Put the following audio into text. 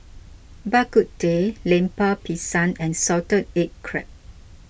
Bak Kut Teh Lemper Pisang and Salted Egg Crab